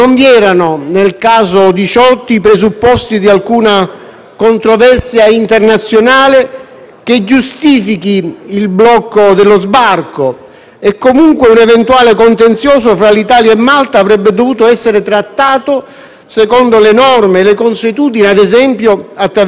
che giustifichi il blocco dello sbarco e comunque un eventuale contenzioso fra l'Italia e Malta avrebbe dovuto essere trattato secondo le norme e le consuetudini, ad esempio attraverso un arbitrato o il ricorso alla Corte internazionale di giustizia. Ebbene, non risulta